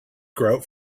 grout